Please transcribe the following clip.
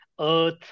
Earth